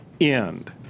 end